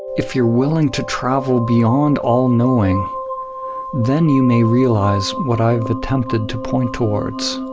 if you're willing to travel beyond all-knowing then you may realize what i've attempted to point towards.